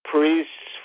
Priests